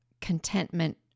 contentment